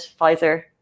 Pfizer